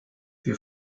wir